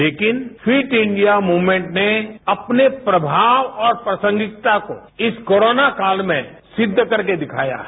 लेकिन fit India movement ने अपने प्रभाव और प्रासंगिकता को इस कोरोना काल में सिद्ध करके दिखाया है